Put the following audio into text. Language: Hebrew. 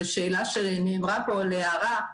להערה שנאמרה פה,